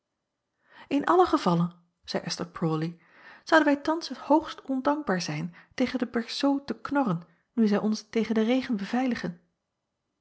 n allen gevalle zeî sther rawley zouden wij thans hoogst ondankbaar zijn tegen de berceaux te knorren nu zij ons tegen den regen beveiligen